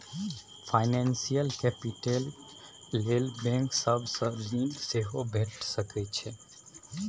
financial capital लेल bank सब सँ ऋण सेहो भेटि सकै छै